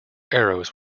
arrows